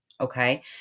Okay